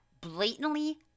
blatantly